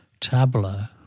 Tabla